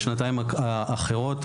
בשנתיים האחרונות,